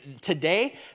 Today